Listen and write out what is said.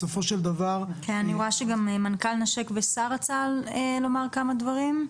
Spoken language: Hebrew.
בסופו של דבר --- אני רואה שגם מנכ"ל 'נשק וסע' רצה לומר כמה דברים.